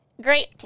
great